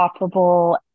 operable